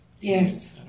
Yes